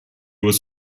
was